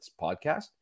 podcast